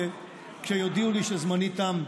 כשיודיעו לי שזמני תם,